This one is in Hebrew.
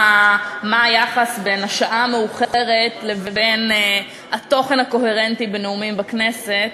היחס בין השעה המאוחרת לבין התוכן הקוהרנטי בנאומים בכנסת.